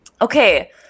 Okay